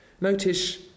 Notice